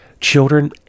children